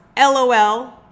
LOL